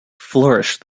flourished